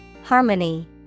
Harmony